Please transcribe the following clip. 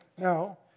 Now